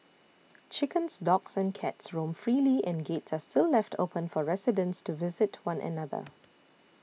chickens dogs and cats roam freely and gates are still left open for residents to visit one another